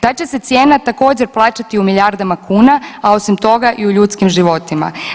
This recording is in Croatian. Ta će se cijena također plaćati u milijardama kuna, a osim toga i u ljudskim životima.